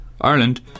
Ireland